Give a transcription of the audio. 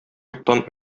юктан